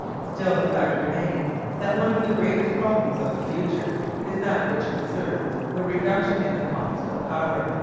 still the fact remains that one of the greatest problems of the future is that which concerns the reduction in the cost of power.